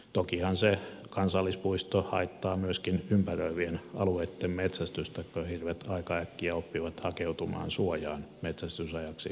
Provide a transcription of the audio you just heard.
tokihan se kansallispuisto haittaa myöskin ympäröivien alueitten metsästystä kun hirvet aika äkkiä oppivat hakeutumaan suojaan metsästysajaksi kansallispuiston alueelle